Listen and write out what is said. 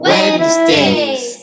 Wednesdays